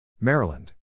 Maryland